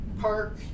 Park